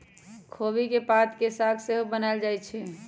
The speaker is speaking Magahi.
खोबि के पात के साग सेहो बनायल जाइ छइ